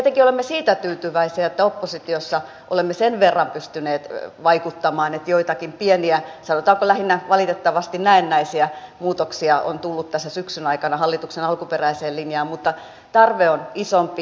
tietenkin olemme siitä tyytyväisiä että oppositiossa olemme sen verran pystyneet vaikuttamaan että joitakin pieniä sanotaanko lähinnä valitettavasti näennäisiä muutoksia on tullut tässä syksyn aikana hallituksen alkuperäiseen linjaan mutta tarve on isompi